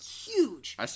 huge